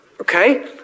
Okay